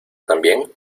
también